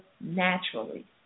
naturally